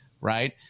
Right